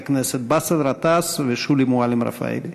הכנסת באסל גטאס ושולי מועלם-רפאלי.